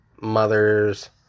mother's